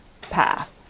path